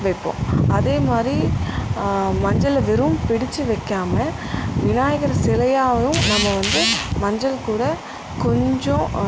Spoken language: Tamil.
வைப்போம் அதேமாதிரி மஞ்சளில் வெறும் பிடித்து வைக்காமல் விநாயகரை சிலையாவும் நம்ம வந்து மஞ்சள் கூட கொஞ்சம்